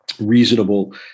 reasonable